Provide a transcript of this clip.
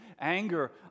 anger